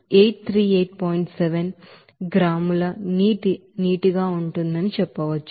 7 గ్రాముల నీటిని చెప్పవచ్చు